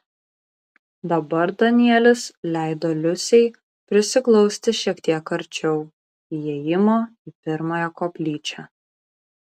dabar danielis leido liusei prisiglausti šiek tiek arčiau įėjimo į pirmąją koplyčią